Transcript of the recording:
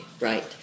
right